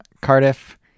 Cardiff